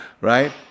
right